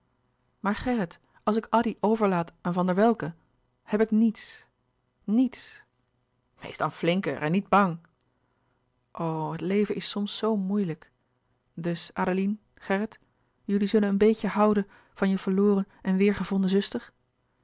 maar gerrit als ik addy overlaat aan van der welcke heb ik niets niets wees dan flinker en niet bang o het leven is soms zoo moeilijk dus adeline gerrit jullie zullen een beetje houden van je verloren en weêrgevonden zuster